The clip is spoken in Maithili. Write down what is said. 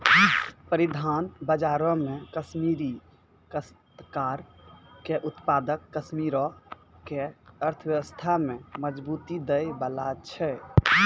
परिधान बजारो मे कश्मीरी काश्तकार के उत्पाद कश्मीरो के अर्थव्यवस्था में मजबूती दै बाला छै